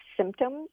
symptoms